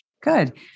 Good